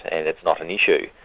and it's not an issue.